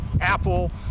Apple